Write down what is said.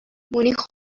مونیخ